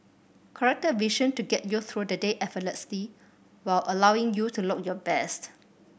corrected vision to get you through the day effortlessly while allowing you to look your best